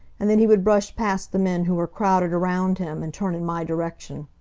and then he would brush past the men who were crowded around him, and turn in my direction.